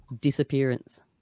disappearance